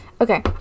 Okay